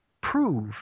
prove